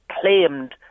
claimed